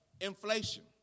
Inflation